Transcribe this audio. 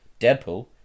Deadpool